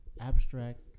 abstract